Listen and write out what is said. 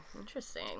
Interesting